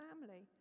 family